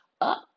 up